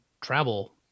travel